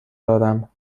دارم